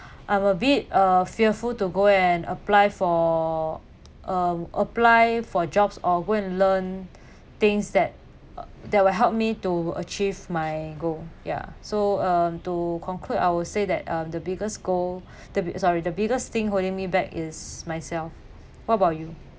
I'm a bit uh fearful to go and apply for uh apply for jobs or go and learn things that that will help me to achieve my goal yeah so um to conclude I would say that um the biggest goal the sorry the biggest thing holding me back is myself what about you